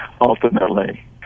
ultimately